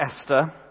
Esther